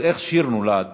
אז איך שיר נולד?